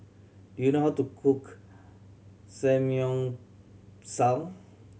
do you know how to cook Samgyeopsal